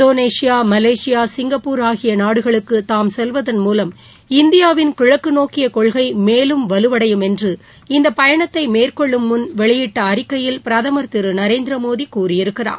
Indonesia Malaysia Singapore ஆகிய நாடுகளுக்கு தாம் செல்வதன் மூலம் இந்தியாவின் கிழக்கு நோக்கிய கொள்கை மேலும் வலுவடையும் என்று இந்த பயணத்தை மேற்கொள்ளும் முன் வெளியிட்ட அறிக்கையில் பிரதமர் திரு நரேந்திரமோடி கூறியிருக்கிறார்